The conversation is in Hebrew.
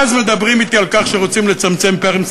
ואז מדברים אתי על כך שרוצים לצמצם פערים,